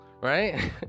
Right